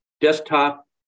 desktop